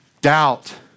doubt